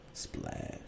Splash